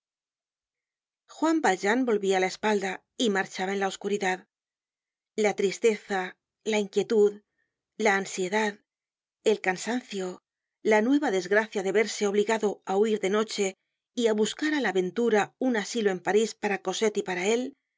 juan valjean volvía la espalda y marchaba en la oscuridad la tristeza la inquietud la ansiedad el cansancio la nueva desgracia de verse obligado á huir de noche y á buscar á la ventura un asilo en parís para cosette y para él